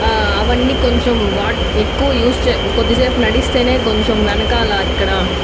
అవన్నీ కొంచం వాడ్ ఎక్కువ యూస్ కొద్దిసేపు నడిస్తే కొంచెం వెనకాల ఇక్కడ